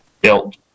built